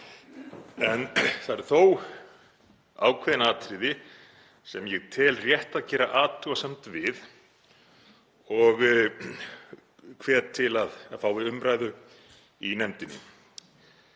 Það eru þó ákveðin atriði sem ég tel rétt að gera athugasemd við og hvet til að fái umræðu í nefndinni.